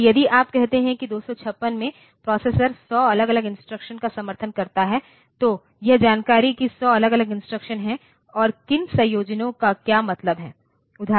इसलिए यदि आप कहते हैं कि 256 में प्रोसेसर 100 अलग अलग इंस्ट्रक्शंस का समर्थन करता है तो यह जानकारी कि 100 अलग अलग इंस्ट्रक्शन हैं और किन संयोजनों का क्या मतलब है